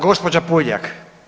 Gđa. Puljak.